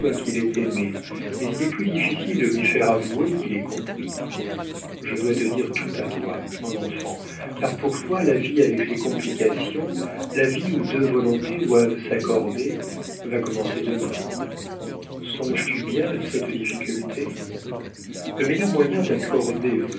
qu'il est aimé mais il est plus difficile de lui faire avouer qu'il est compris je dois te dire tout à toi mon enfant car pour toi la vie avec ses complications la vie où deux volontés doivent s'accorder va commencer demain songes-tu bien à cette difficulté le meilleur moyen d'accorder